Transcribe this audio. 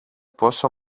πόσο